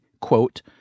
quote